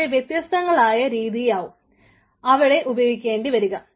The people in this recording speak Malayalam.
പക്ഷേ വ്യത്യസ്തങ്ങളായ രീതിയാവും അവിടെ ഉപയോഗിക്കേണ്ടി വരുക